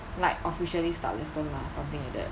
like officially start lesson lah something like that